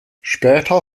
später